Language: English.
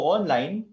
online